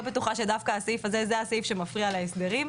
בטוחה שדווקא הסעיף הזה זה הסעיף שמפריע להסדרים.